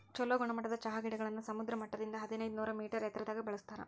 ಚೊಲೋ ಗುಣಮಟ್ಟದ ಚಹಾ ಗಿಡಗಳನ್ನ ಸಮುದ್ರ ಮಟ್ಟದಿಂದ ಹದಿನೈದನೂರ ಮೇಟರ್ ಎತ್ತರದಾಗ ಬೆಳೆಸ್ತಾರ